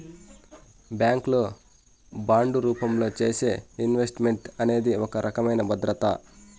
bank లో bond రూపంలో చేసే ఇన్వెస్ట్ మెంట్ అనేది ఒక రకమైన భద్రత